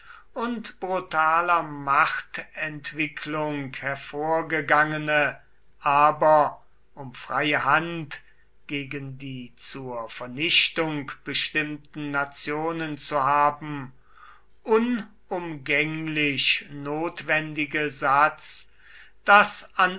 und brutaler machtentwicklung hervorgegangene aber um freie hand gegen die zur vernichtung bestimmten nationen zu haben unumgänglich notwendige satz daß an